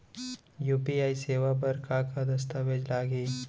UPI सेवा बर का का दस्तावेज लागही?